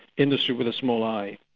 industry with a small i,